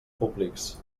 públics